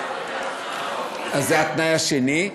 זה התנאי השני.